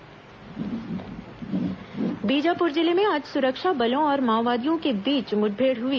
माओवादी वारदात बीजापुर जिले में आज सुरक्षा बलों और माओवादियों के बीच मुठभेड़ हुई